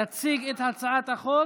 יציג את הצעת החוק